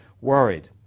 worried